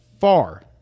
far